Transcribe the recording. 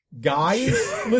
guys